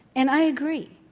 and i agree.